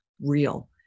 real